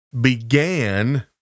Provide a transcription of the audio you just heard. began